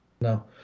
No